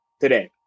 today